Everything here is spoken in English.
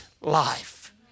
life